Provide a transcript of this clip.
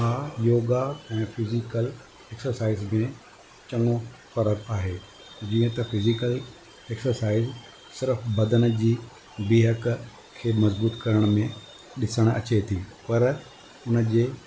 मां योगा ऐं physical exercise बि चङो फ़र्क़ु आहे जीअं त फिज़िकल एक्सरसाइज़ सिर्फ़ु बदन जी बीहक खे मज़बूत करण में ॾिसणु अचे थी पर उन जे